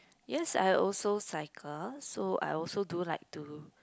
yes I also cycle so I also do like to